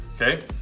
Okay